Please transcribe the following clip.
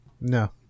No